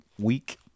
week